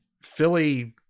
Philly